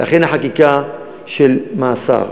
לכן הייתה החקיקה של מאסר.